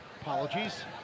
Apologies